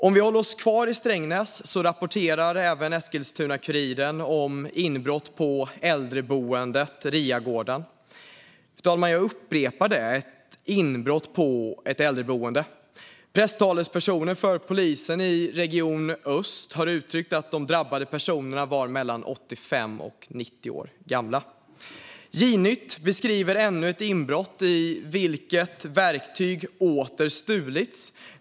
Vi kan hålla oss kvar i Strängnäs, där Eskilstuna-Kuriren rapporterade om inbrott även på äldreboendet Riagården. Jag upprepar att det var ett inbrott på ett äldreboende, fru talman. Presstalespersonen för Polisregion öst har uttryckt att de drabbade var mellan 85 och 90 år gamla. Jnytt beskriver ännu ett inbrott där verktyg åter har stulits.